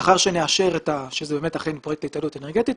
לאחר שנאשר שאכן זה פרויקט להתייעלות אנרגטית,